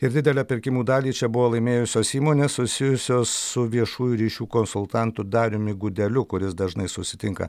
ir didelę pirkimų dalį čia buvo laimėjusios įmonės susijusios su viešųjų ryšių konsultantu dariumi gudeliu kuris dažnai susitinka